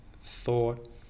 thought